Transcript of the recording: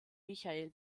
michael